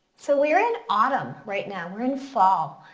so we're in autumn right now, we're in fall.